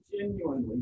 genuinely